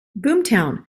boomtown